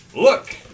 Look